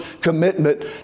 commitment